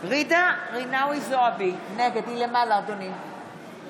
ג'ידא רינאוי זועבי, נגד